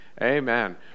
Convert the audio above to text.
Amen